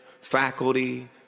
faculty